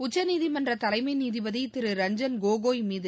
உச்சநீதிமன்ற தலைமை நீதிபதி திரு ரஞ்ஜன் கோகோய் மீது